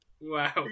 wow